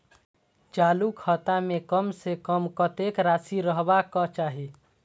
चालु खाता में कम से कम कतेक राशि रहबाक चाही?